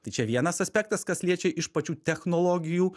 tai čia vienas aspektas kas liečia iš pačių technologijų